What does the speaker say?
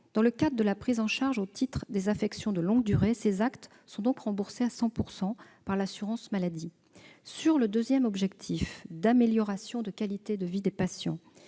Dans le cadre de la prise en charge au titre des affections de longue durée, ces actes sont remboursés à 100 % par l'assurance maladie. Quant au second objectif- l'amélioration de la qualité de vie des patients